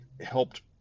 helped